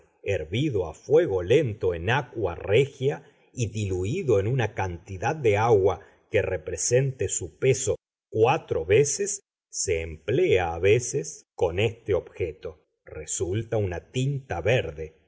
hervido a fuego lento en aqua regia y diluído en una cantidad de agua que represente su peso cuatro veces se emplea a veces con este objeto resulta una tinta verde